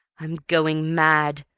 i'm going mad.